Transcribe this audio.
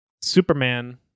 Superman